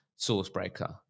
Sourcebreaker